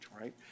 right